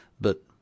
but